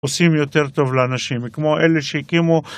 עושים יותר טוב לאנשים. כמו אלה שהקימו...